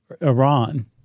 Iran